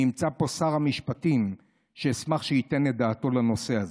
נמצא פה שר המשפטים, ואשמח שייתן דעתו לנושא הזה.